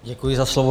Děkuji za slovo.